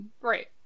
Right